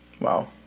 Wow